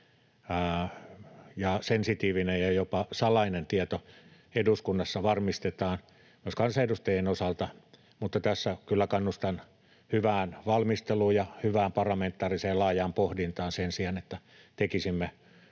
ja sensitiivinen ja jopa salainen tieto eduskunnassa varmistetaan myös kansanedustajien osalta, mutta tässä kyllä kannustan hyvään valmisteluun ja hyvään parlamentaariseen laajaan pohdintaan sen sijaan, että tekisimme